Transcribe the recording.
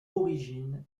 origine